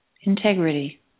Integrity